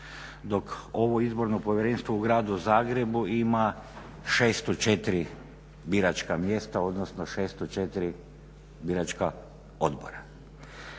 dok ovo Izborno povjerenstvo u gradu Zagrebu ima 604 biračka mjesta, odnosno 604 biračka odbora.